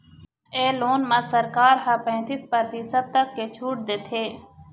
ए loan म सरकार ह पैतीस परतिसत तक के छूट देथे